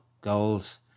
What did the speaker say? goals